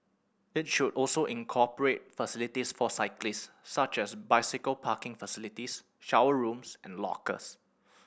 it should also incorporate facilities for cyclist such as bicycle parking facilities shower rooms and lockers